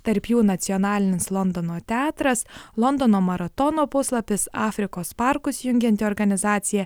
tarp jų nacionalinis londono teatras londono maratono puslapis afrikos parkus jungianti organizacija